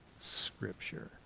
Scripture